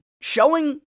showing